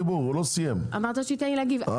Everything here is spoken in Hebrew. שני צבעים שונים שמגיעים לאותו מקום,